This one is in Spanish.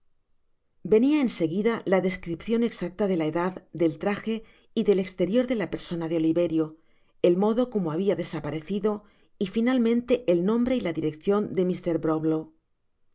venia en seguida la descripcion exacta de la edad del traje y del exterior de la persona de oliverio el modo como habia desaparecido y finalmente el nombre y la direccion de mr brownlow mr bumble